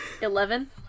Eleven